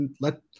let